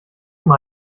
mal